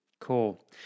Cool